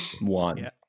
One